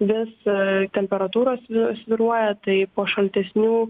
vis temperatūros svyruoja tai po šaltesnių